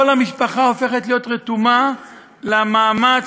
כל המשפחה הופכת להיות רתומה למאמץ